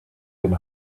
den